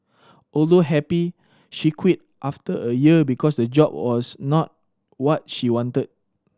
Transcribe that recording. although happy she quit after a year because the job was not what she wanted